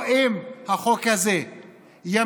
אם החוק הזה ימשיך,